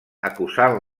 acusant